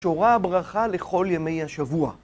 שורה הברכה לכל ימי השבוע